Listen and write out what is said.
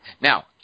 Now